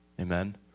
Amen